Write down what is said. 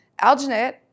Alginate